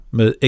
med